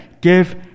give